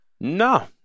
No